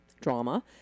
drama